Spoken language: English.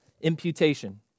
imputation